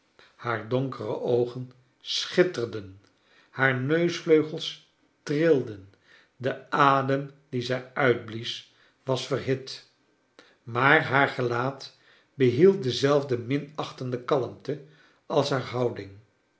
haar donkere oogen schitterden haar neusvleugels trilden de adem dien zij uitblies was verhit maar haar gelaat behield dezelfde minachtende kalmte als haar houding